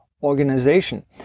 organization